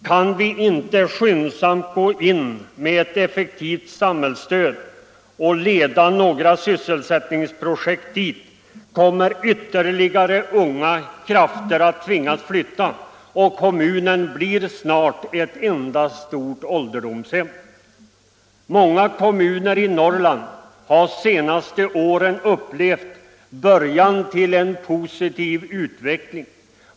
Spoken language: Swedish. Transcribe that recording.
Kan vi inte skyndsamt gå in med ett effektivt samhällsstöd och leda några sysselsättningsprojekt dit, kommer ytterligare unga krafter att tvingas flytta och kommunen blir snart ett enda ålderdomshem. Många kommuner i Norrland har de senaste åren upplevt början till en positiv utveckling.